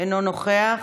אינו נוכח.